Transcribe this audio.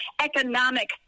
economic